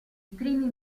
primi